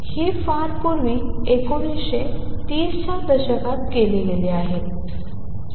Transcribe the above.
हे फार पूर्वी 1930 च्या दशकात केले गेले होते